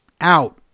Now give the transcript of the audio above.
out